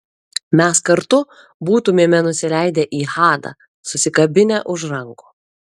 mes kartu būtumėme nusileidę į hadą susikabinę už rankų